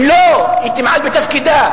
אם לא, היא תמעל בתפקידה.